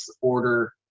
order –